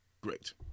great